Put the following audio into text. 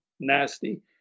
Nasty